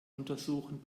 untersuchen